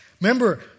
Remember